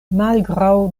malgraŭ